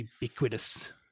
ubiquitous